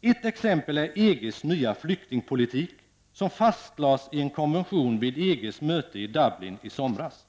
Ett exempel är EGs nya flyktingpolitik, som fastlades i en konvention vid EGs möte i Dublin i somras.